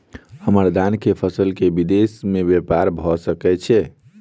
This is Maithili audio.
हम्मर धान केँ फसल केँ विदेश मे ब्यपार भऽ सकै छै?